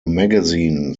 magazine